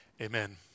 Amen